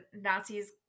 Nazis